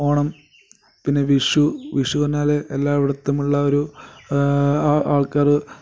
ഓണം പിന്നെ വിഷു വിഷു പറഞ്ഞാൽ എല്ലായിടത്തും ഉള്ള ഒരു ആ ആൾക്കാർ